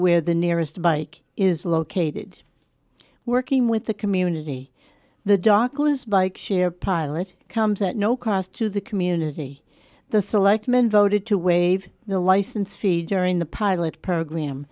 where the nearest bike is located working with the community the docklands bike share pilot comes at no cost to the community the selectmen voted to waive the license fee during the pilot program